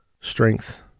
strength